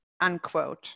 unquote